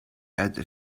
had